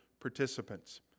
participants